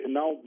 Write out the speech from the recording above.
now